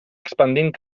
expandint